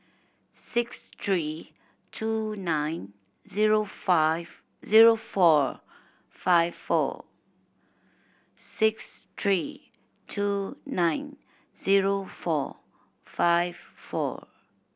six three two nine zero five zero four five four six three two nine zero four five four